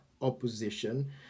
opposition